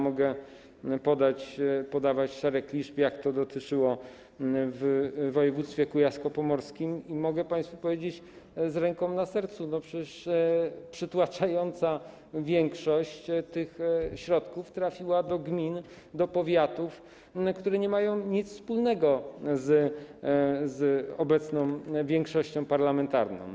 Mogę podawać szereg liczb, jak w przypadku województwa kujawsko-pomorskiego, i mogę państwu powiedzieć z ręką na sercu, że przecież przytłaczająca większość tych środków trafiła do gmin, do powiatów, które nie mają nic wspólnego z obecną większością parlamentarną.